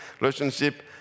relationship